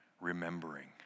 remembering